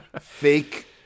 fake